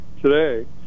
today